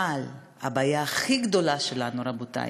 אבל הבעיה הכי גדולה שלנו, רבותי,